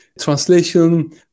Translation